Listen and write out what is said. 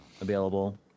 available